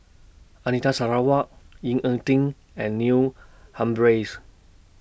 Anita Sarawak Ying A Ding and Neil Humphreys